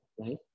right